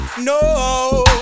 no